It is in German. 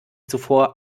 zuvor